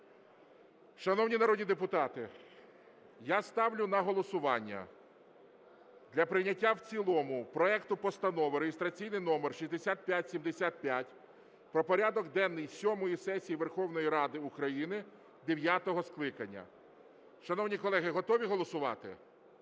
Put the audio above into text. Шановні народні депутати, я ставлю на голосування для прийняття в цілому проекту Постанови (реєстраційний номер 6575) про порядок денний сьомої сесії Верховної Ради України дев'ятого скликання. Шановні колеги, готові голосувати?